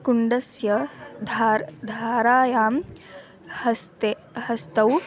कुण्डस्य धार् धारायां हस्ते हस्तौ